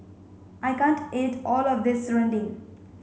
I can't eat all of this Serunding